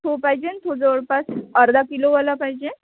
तो पाहिजे तो जवळपास अर्धा किलोवाला पाहिजे